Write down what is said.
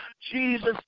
Jesus